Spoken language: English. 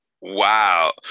Wow